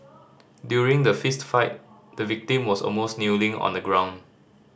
during the fist fight the victim was almost kneeling on the ground